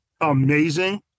amazing